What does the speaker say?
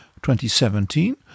2017